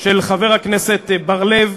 של חבר הכנסת בר-לב.